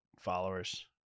followers